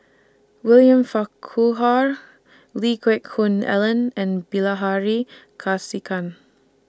William Farquhar Lee Geck Hoon Ellen and Bilahari Kausikan